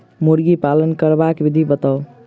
मुर्गी पालन करबाक विधि बताऊ?